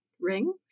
ring